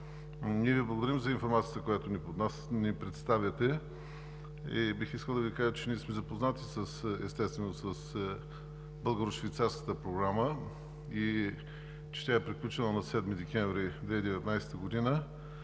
Ние Ви благодарим за информацията, която ни представяте. Бих искал да Ви кажа, че ние сме запознати, естествено, с Българо-швейцарската програма и че тя е приключила на 7 декември 2019 г.